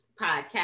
podcast